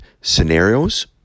scenarios